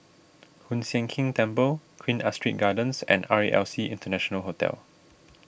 Hoon Sian Keng Temple Queen Astrid Gardens and R E L C International Hotel